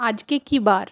আজকে কি বার